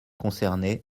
concernés